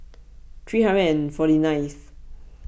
three hundred and forty nineth